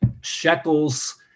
Shekels